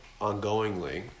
ongoingly